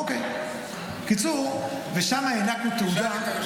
בקיצור, שם הענקנו תעודה.